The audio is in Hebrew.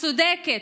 הצודקת,